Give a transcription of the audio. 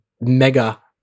Mega